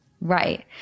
Right